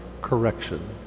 correction